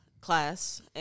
class